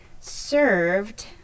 served